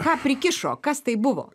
ką prikišo kas tai buvo